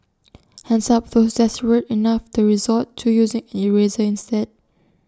hands up those desperate enough to resort to using an eraser instead